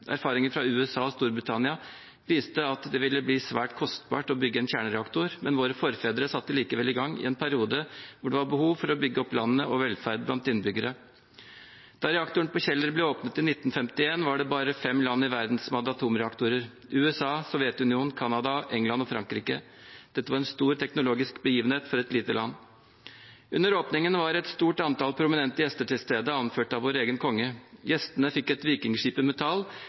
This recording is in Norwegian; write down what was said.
Erfaringer fra USA og Storbritannia viste at det ville bli svært kostbart å bygge en kjernereaktor, men våre forfedre satte likevel i gang, i en periode hvor det var behov for å bygge opp landet og velferden blant innbyggerne. Da reaktoren på Kjeller ble åpnet i 1951, var det bare fem land i verden som hadde atomreaktorer – USA, Sovjetunionen, Canada, England og Frankrike. Det var en stor teknologisk begivenhet for et lite land. Under åpningen var et stort antall prominente gjester til stede, anført av vår egen konge. Gjestene fikk et vikingskip